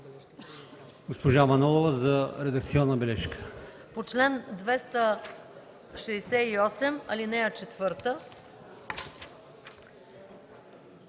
Госпожа Манолова – за редакционна бележка.